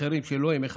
אחרים שאינם ימי חקיקה,